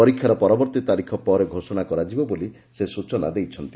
ପରୀକ୍ଷାର ପରବର୍ତୀ ତାରିଖ ପରେ ଘୋଷଣା କରାଯିବ ବୋଲି ସେ ସ୍ଚନା ଦେଇଛନ୍ତି